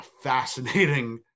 fascinating